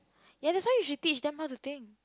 ya that's why you should teach them how to think